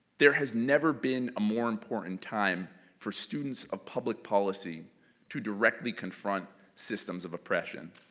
there has never been a more important time for students of public policy to directly confront systems of oppression.